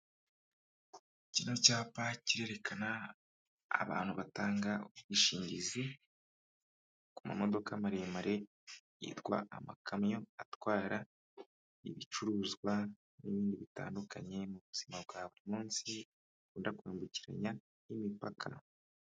Kino cyapa kirerekana abantu batanga ubwishingizi ku ma modoka maremare yitwa amakamyo atwara ibicuruzwa n'ibindi bitandukanye, mu buzima bwa buri munsi akunda kwambukiranya imipaka.